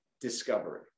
discovery